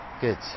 Good